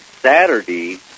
Saturday